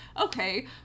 okay